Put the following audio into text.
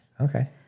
Okay